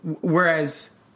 Whereas